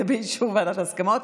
זה באישור ועדת ההסכמות.